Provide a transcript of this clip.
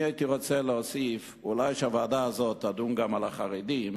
הייתי רוצה להוסיף שאולי הוועדה הזאת תדון גם על החרדים,